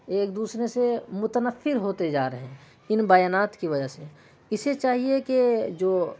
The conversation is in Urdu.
ایک دوسرے سے متنفر ہوتے جا رہے ہیں ان بیانات کی وجہ سے اسے چاہیے کہ جو